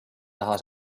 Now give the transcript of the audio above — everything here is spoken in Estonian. taha